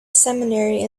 seminary